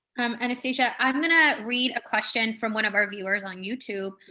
um anastasia. i'm gonna read a question from one of our viewers on youtube.